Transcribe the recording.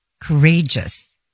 courageous